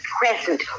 present